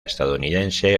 estadounidense